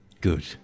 Good